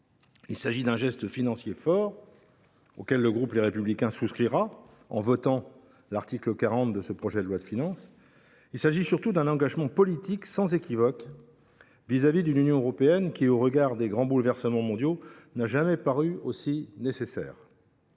Il s’agit d’un geste financier fort, auquel le groupe Les Républicains souscrira en votant l’article 40 de ce projet de loi de finances. Il s’agit, surtout, d’un engagement politique sans équivoque vis à vis d’une Union européenne qui, au regard des grands bouleversements mondiaux, n’a jamais paru aussi nécessaire.